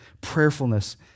prayerfulness